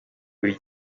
buri